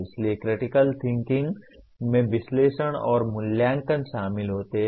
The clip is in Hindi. इसलिए क्रिटिकल थिंकिंग में विश्लेषण और मूल्यांकन शामिल होते है